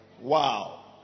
Wow